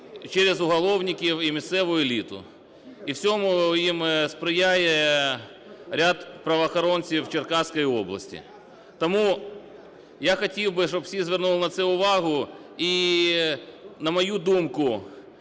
через уголовників і місцеву еліту. І в цьому їм сприяє ряд правоохоронців Черкаської області. Тому я хотів би, щоб всі звернули на це увагу. І, на мою думку,